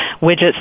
widgets